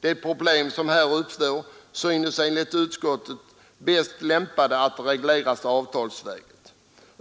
De problem som här uppstår synes enligt utskottet bäst lämpade att regleras avtalsvägen.